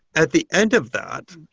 at the end of that,